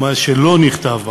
או מה שלא נכתב בחוק,